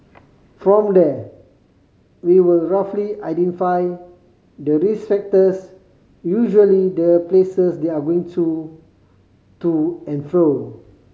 from there we will roughly identify the risk factors usually the places they're going to to and fro